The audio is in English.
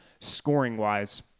scoring-wise